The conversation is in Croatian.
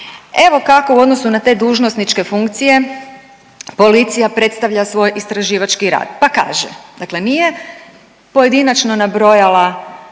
Evo kako u odnosu na te dužnosničke funkcije policija predstavlja svoj istraživački rad pa kaže. Dakle, nije pojedinačno nabrojala